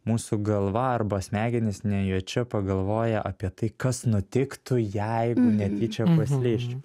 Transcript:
mūsų galva arba smegenys nejučia pagalvoja apie tai kas nutiktų jeigu netyčia paslysčiau